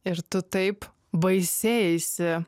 ir tu taip baisėjaisi